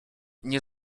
nie